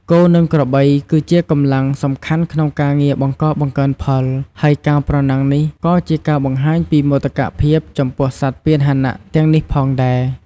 គោ និងក្របីគឺជាកម្លាំងសំខាន់ក្នុងការងារបង្កបង្កើនផល ហើយការប្រណាំងនេះក៏ជាការបង្ហាញពីមោទកភាពចំពោះសត្វពាហនៈទាំងនេះផងដែរ។